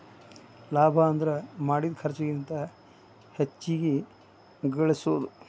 ಲಾಭ ಅಂದ್ರ ಮಾಡಿದ್ ಖರ್ಚಿಗಿಂತ ಹೆಚ್ಚಿಗಿ ಗಳಸೋದು